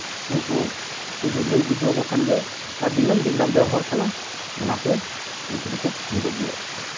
ᱩᱱᱠᱩ ᱥᱩᱫᱩ ᱞᱟᱹᱭ ᱵᱩᱡᱷᱟᱹᱣᱟᱠᱚ ᱠᱷᱟᱱ ᱜᱮ ᱟᱨ ᱫᱤᱱᱟᱹᱢ ᱫᱤᱱ ᱨᱮᱱᱟᱜ ᱵᱮᱣᱦᱟᱨ ᱠᱟᱱᱟ ᱚᱱᱟᱛᱮ ᱩᱱᱠᱩ ᱫᱚᱠᱚ ᱢᱤᱫᱩᱜ ᱜᱮᱭᱟ